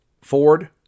Ford